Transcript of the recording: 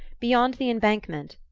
beyond the embankment,